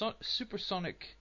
supersonic